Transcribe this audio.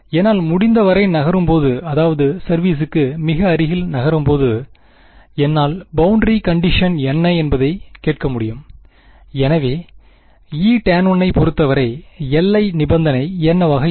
என்னால் முடிந்தவரை நகரும்போது அதாவது செர்வீசுக்கு மிக அருகில் நகரும்போது என்னால் பௌண்டரி கண்டிஷன் என்ன என்பதை கேட்க முடியும் எனவே Etan1 ஐப் பொறுத்தவரை எல்லை நிபந்தனை என்னவாக இருக்கும்